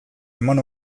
eman